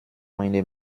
meine